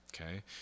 Okay